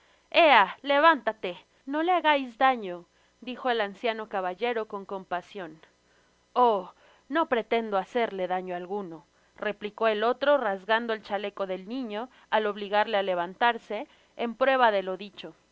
levántate no le hagais daño dijo el anciano caballero con compasion oh no pretendo hacerle daño alguno replicó el otro rasgando el chaleco del niño al obligarle á levantarse en prueba de lo dicho